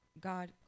God